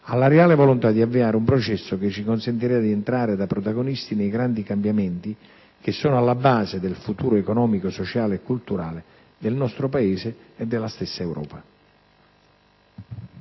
alla reale volontà di avviare un processo che ci consentirà di entrare da protagonisti nei grandi cambiamenti, che sono alla base del futuro economico-sociale e culturale del nostro Paese e della stessa Europa.